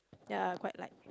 ya quite like